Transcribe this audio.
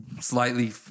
slightly